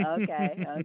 okay